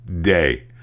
day